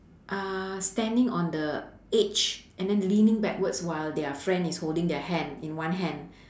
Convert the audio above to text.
uh standing on the edge and then leaning backwards while their friend is holding their hand in one hand